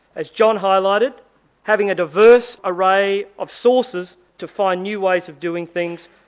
as john highlighted having a diverse array of sources to find new ways of doing things,